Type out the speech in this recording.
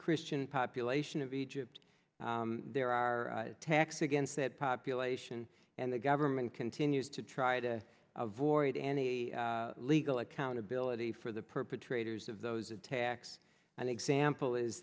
population of egypt there are attacks against that population and the government continues to try to avoid and a legal accountability for the perpetrators of those attacks an example is